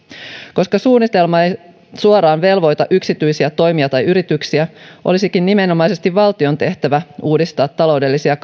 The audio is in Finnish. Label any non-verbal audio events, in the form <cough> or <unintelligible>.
koska suunnitelma ei suoraan velvoita yksityisiä toimijoita tai yrityksiä olisikin nimenomaisesti valtion tehtävä uudistaa taloudellisia <unintelligible>